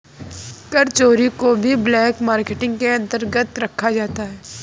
कर चोरी को भी ब्लैक मार्केटिंग के अंतर्गत रखा जाता है